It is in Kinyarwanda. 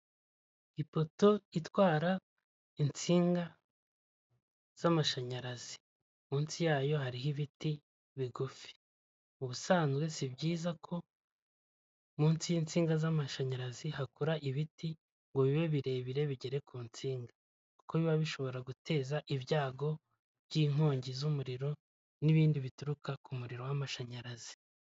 Ipoto itwara insinga z'amashanyarazi, munsi yayo hariho ibiti bigufi. Ubusanzwe si byiza ko munsi y'insinga z'amashanyarazi hakora ibiti ngo bibe birebire bigere ku nsinga, kuko biba bishobora guteza ibyago by'inkongi z'umuriro n'ibindi bituruka ku muriro w'amashanyarazi.